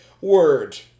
word